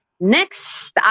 next